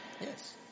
Yes